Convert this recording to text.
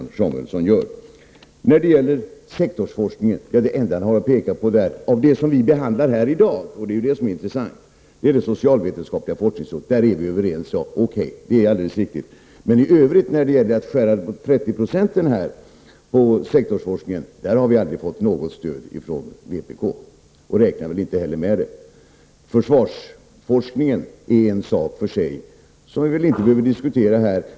Det enda Björn Samuelson har att peka på när det gäller sektorsforskningen av det vi behandlar här i dag — och det är det intressanta — det är det socialvetenskapliga forskningsrådet där vi är överens. Okej, det är alldeles riktigt. Men när det gäller att skära bort 30 90 på sektorsforskningen har vi aldrig fått något stöd från vänsterpartiet och räknar väl inte heller med det. Försvarsforskningen är en sak för sig som vi inte behöver diskutera här.